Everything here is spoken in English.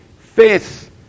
faith